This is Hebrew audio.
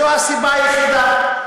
זו הסיבה היחידה,